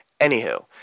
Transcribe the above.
Anywho